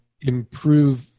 improve